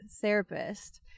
therapist